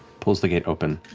pulls the gate open